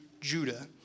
Judah